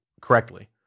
correctly